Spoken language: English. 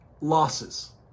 losses